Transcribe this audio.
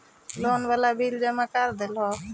लोनिया वाला बिलवा जामा कर देलहो?